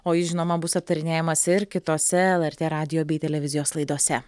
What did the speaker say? o jis žinoma bus aptarinėjamas ir kitose lrt radijo bei televizijos laidose